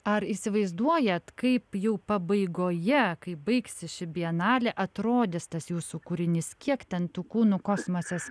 ar įsivaizduojat kaip jau pabaigoje kai baigsis ši bienalė atrodys tas jūsų kūrinys kiek ten tų kūnų kosmosas